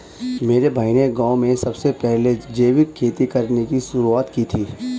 मेरे भाई ने गांव में सबसे पहले जैविक खेती करने की शुरुआत की थी